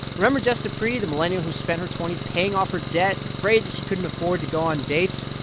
remember jess dupree, the millennial who spent her twenty s paying off her debt, and afraid that she couldn't afford to go on dates?